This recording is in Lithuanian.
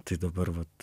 tai dabar vat